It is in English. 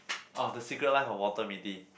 ah the secret life of Walter Mitty